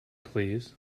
please